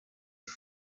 els